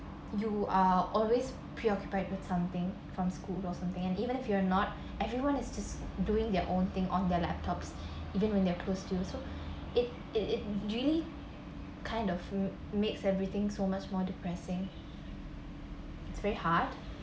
you are always preoccupied with something from school or something and even if you're not everyone is just doing their own thing on their laptops even when they're close to so it it it really kind of fru~ makes everything so much more depressing it's very hard